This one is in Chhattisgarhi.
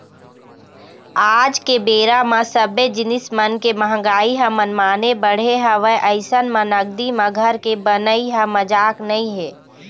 आज के बेरा म सब्बे जिनिस मन के मंहगाई ह मनमाने बढ़े हवय अइसन म नगदी म घर के बनई ह मजाक नइ हे